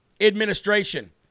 administration